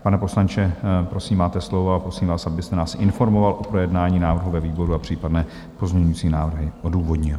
Pane poslanče, prosím, máte slovo, a prosím vás, abyste nás informoval o projednání návrhu ve výboru a případné pozměňovací návrhy odůvodnil.